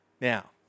Now